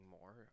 more